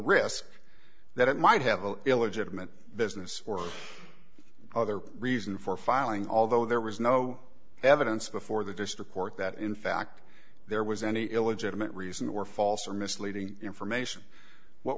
risk that it might have an illegitimate business or other reason for filing although there was no evidence before the district court that in fact there was any illegitimate reason or false or misleading information what